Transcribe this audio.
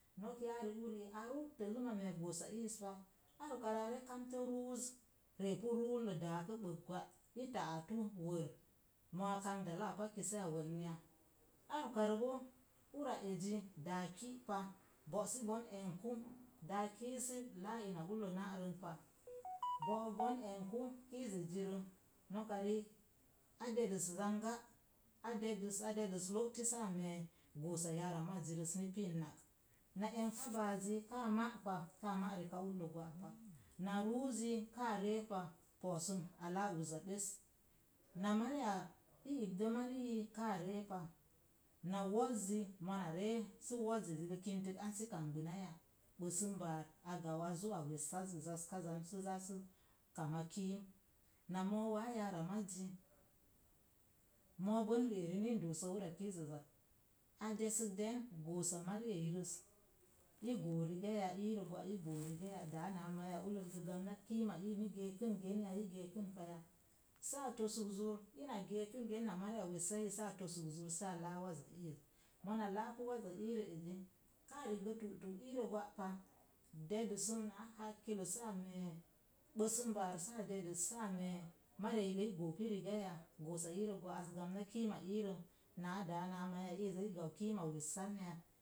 Nok yari uri anu bəlim a mee gossa alles pa ar uka rə a kamtə ruza reepu rulle daa dək swa ta'atu wer mo'a kap dalla a pak ya sa'a weggən ya ar oka rə boo ur az daa kii pa bo'si bon egku da'ak kiz sə laa in ale na'rən pa book bon egku kiza e zi rə, nok riik a də dəs zənggə a də dəs adədəs lo ti sáá mee gossa yora mazzi rə n pin nak. Na ngka ba'azi ka ma pa ka'a ma reka ulle gwa pa, na razzi ka re ps poosu a láa uza bəs na mari ya i yimdə mari yi káá ree pa, na woʒ zé mona re sə woz zi kəntik an sə kambə na ya gbəsum bor gau a zó a wesaaʒ zaska zan sa za sə kama kim. Na mo wa yora mazzi moo bə ri a ri ni n dosən waza kizza ak. A desək den gossa mari a ii rə i go'risaya i rə gwa, goo rigaya oláá náá mai gə gamna kiim ma iim geekə geen ya i geekən pa ya, so'a tosək zor ina geekən naa wari a wessai gə sa to'sak zur saa a lá tə waza iəə azi ka rigə tutu i arə gwa pa, dedəsum na hakkilo sa mee gbəsəm bar sa a dedəs a mee mari a eii i gó pi riga ya goossa i rə gamna kiim ma ii rəm dáa naa mai i gau kim a wesam ya.